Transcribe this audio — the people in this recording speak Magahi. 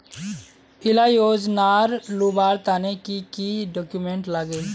इला योजनार लुबार तने की की डॉक्यूमेंट लगे?